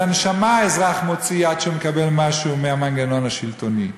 את הנשמה האזרח מוציא עד שהוא מקבל משהו מהמנגנון השלטוני.